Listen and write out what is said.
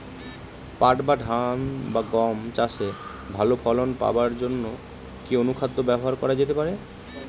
পাট বা ধান বা গম চাষে ভালো ফলন পাবার জন কি অনুখাদ্য ব্যবহার করা যেতে পারে?